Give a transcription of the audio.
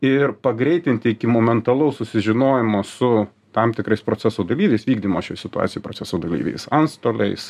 ir pagreitinti iki momentalaus susižinojimo su tam tikrais proceso dalyviais vykdymo šioj situacijoj proceso dalyviais antstoliais